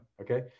Okay